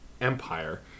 Empire